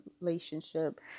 relationship